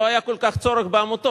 ואז לא היה כל כך צורך בעמותות.